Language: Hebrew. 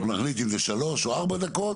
נחליט אם זה שלוש או ארבע דקות,